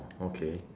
okay